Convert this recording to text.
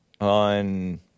on